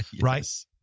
right